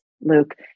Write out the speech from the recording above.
Luke